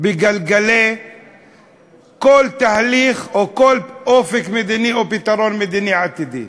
בגלגלי כל תהליך או כל אופק מדיני או פתרון מדיני עתידי.